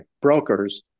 brokers